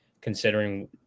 considering